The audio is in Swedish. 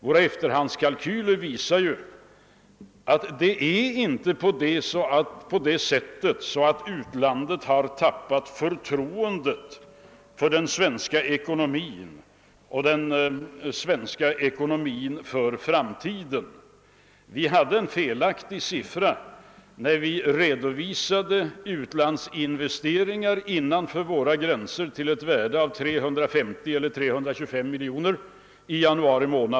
Våra efterhandskalkyler visar att utlandet inte har förlorat förtroendet för den svenska ekonomin nu eller för framtiden. Vi angav en felaktig siffra i januari månad, när vi redovisade utlandsinvesteringarna innanför våra gränser till 325 å 350 milj.kr.